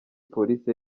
polisi